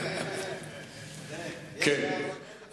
א.